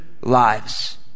lives